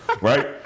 Right